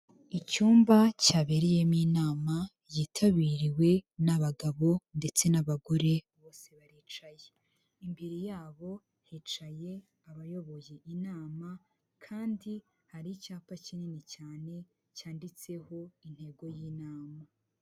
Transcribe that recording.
Icyumba cyabereyemo inama yitabiriwe n'abagabo ndetse n'abagore bose baricaye, imbere yabo hicaye abayoboye inama kandi hari icyapa kinini cyane cyanditseho intego y'inama.